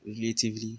relatively